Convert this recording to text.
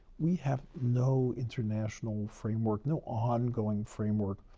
we have no international framework, no ongoing framework.